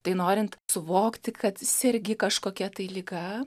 tai norint suvokti kad sergi kažkokia tai liga